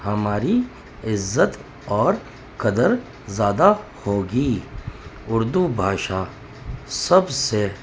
ہماری عزت اور قدر زیادہ ہوگی اردو بھاشا سب سے